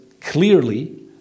clearly